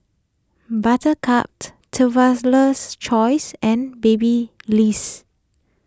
Buttercup Traveler's Choice and Babyliss